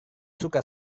suka